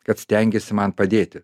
kad stengiesi man padėti